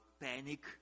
panic